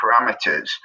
parameters